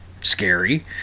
scary